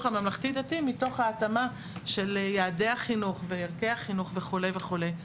הממלכתי דתי מתוך ההתאמה של יעדי החינוך וערכי החינוך וכו' וכו'.